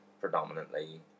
predominantly